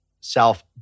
self